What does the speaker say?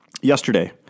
Yesterday